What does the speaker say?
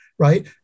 Right